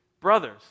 Brothers